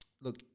Look